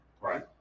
Right